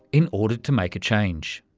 in order to make a change.